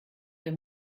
der